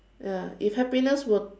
ya if happiness were